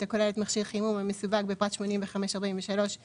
הכוללת מכשיר חימום המסווג בפרט 85.43.708100,